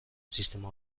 sistema